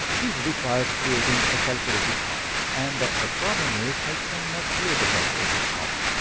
this requires creating a calculated column and the the problem is, i cannot create a calculated column.